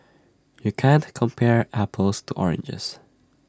you can't compare apples to oranges